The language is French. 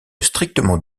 strictement